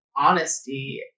Honesty